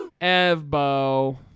evbo